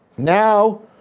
Now